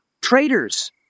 traitors